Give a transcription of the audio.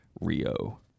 rio